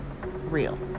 real